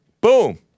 boom